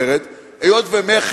מי שרוצה בדרך אחרת, היות שמכס